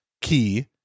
key